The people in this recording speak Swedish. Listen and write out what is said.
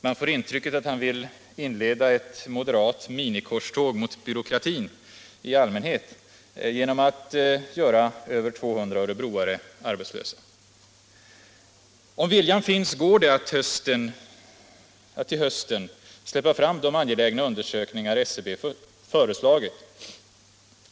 Man får intrycket att han tänker inleda ett moderat minikorståg mot byråkratin i allmänhet genom att göra över 200 örebroare arbetslösa. Om viljan finns går det att till hösten släppa fram de angelägna undersökningar som SCB föreslagit.